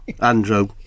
Andrew